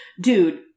dude